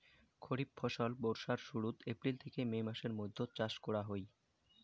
খরিফ ফসল বর্ষার শুরুত, এপ্রিল থেকে মে মাসের মৈধ্যত চাষ করা হই